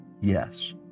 yes